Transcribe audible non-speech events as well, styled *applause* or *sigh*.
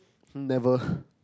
hmm never *breath*